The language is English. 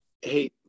Hey